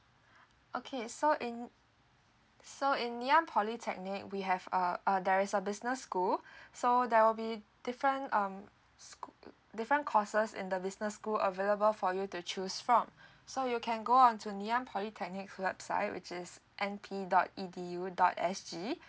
okay so in so in ngee ann polytechnic we have a a there is a business school so there will be different um sch~ different courses in the business school available for you to choose from so you can go on to ngee ann polytechnic website which is N P dot E D U dot S G